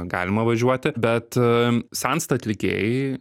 galima važiuoti bet sensta atlikėjai